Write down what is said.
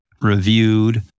reviewed